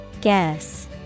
Guess